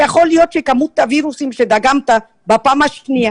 יכול להיות שכמות הווירוסים שדגמת בפעם השנייה